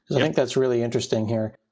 i think that's really interesting here.